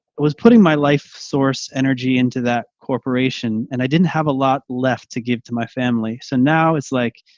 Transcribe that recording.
was putting my life source energy into that corporation and i didn't have a lot left to give to my family. so now it's like,